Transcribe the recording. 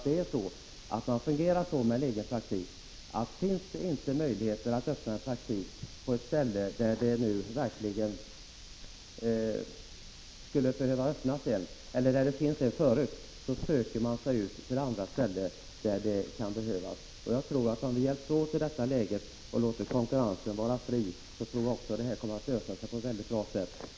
Det fungerar ju så att en tandläkare som önskar öppna egen praktik söker sig till orter där det verkligen behövs en tandläkare — inte dit där det redan finns en tandläkarpraktik. Om vi hjälps åt i detta läge och låter konkurrensen vara fri, tror jag att detta kommer att lösa sig på ett bra sätt.